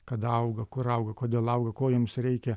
kada auga kur auga kodėl auga ko jiems reikia